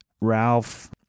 Ralph